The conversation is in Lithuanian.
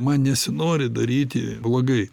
man nesinori daryti blogai